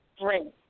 bring